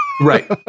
Right